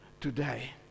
today